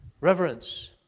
reverence